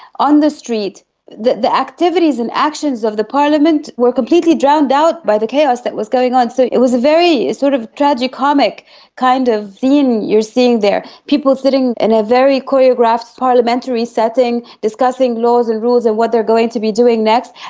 on the street that the activities and actions of the parliament were completely drowned out by the chaos that was going on, so it was a very sort of tragicomic kind of theme you're seeing there people sitting in a very choreographed parliamentary setting discussing laws and rules and what they're going to be doing next,